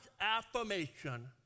affirmation